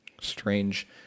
Strange